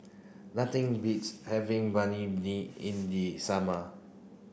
nothing beats having Banh Mi in the summer